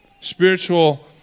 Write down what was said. Spiritual